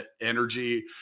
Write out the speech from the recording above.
energy